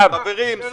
חברים,